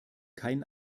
kein